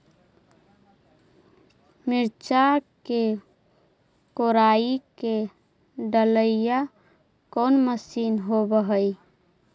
मिरचा के कोड़ई के डालीय कोन मशीन होबहय?